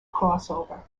crossover